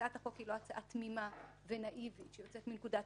הצעת החוק אינה הצעה תמימה ונאיבית שיוצאת מנקודת